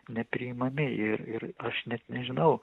nepriimami ir ir aš net nežinau